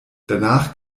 danach